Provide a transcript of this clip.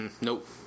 Nope